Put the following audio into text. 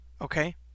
Okay